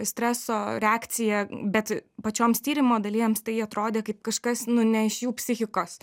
streso reakciją bet pačioms tyrimo dalyvėms tai atrodė kaip kažkas nu ne iš jų psichikos